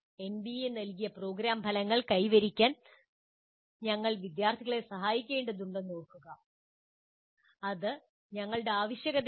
NBA നൽകിയ programme ഫലങ്ങൾ കൈവരിക്കാൻ ഞങ്ങൾ വിദ്യാർത്ഥികളെ സഹായിക്കേണ്ടതുണ്ടെന്ന് ഓർമ്മിക്കുക അത് ഞങ്ങളുടെ ആവശ്യകതയാണ്